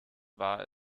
war